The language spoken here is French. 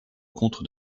compte